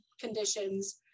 conditions